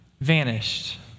vanished